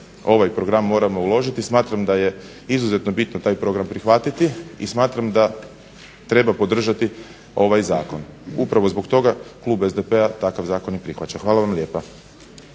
ovaj program moramo uložiti smatram da je izuzetno bitno taj program prihvatiti i smatram da treba podržati ovaj zakon. Upravo zbog toga klub SDP-a takav zakon i prihvaća. Hvala vam lijepa.